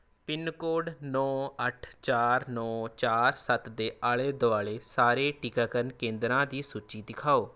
pin code ਨੌਂ ਅੱਠ ਚਾਰ ਨੌਂ ਚਾਰ ਸੱਤ ਦੇ ਆਲੇ ਦੁਆਲੇ ਸਾਰੇ ਟੀਕਾਕਰਨ ਕੇਂਦਰਾਂ ਦੀ ਸੂਚੀ ਦਿਖਾਓ